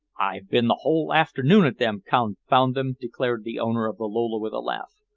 i've been the whole afternoon at them confound them! declared the owner of the lola with a laugh.